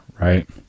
Right